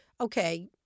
okay